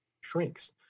shrinks